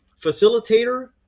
facilitator